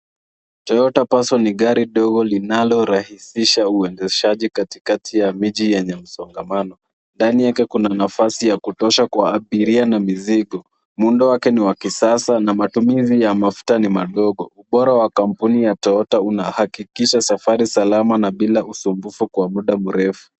Toyota Passo ni gari dogo linalorahisisha uendeshaji katikati ya miji yenye msongamano. Ndani yake kuna nafasi ya kutosha kwa abiria na mizigo. Muundo wake ni wa kisasa na matumizi ya mafuta ni madogo. Ubora wa kampuni ya Toyota unahakikisha safari salama na bila usumbufu kwa muda mrefu.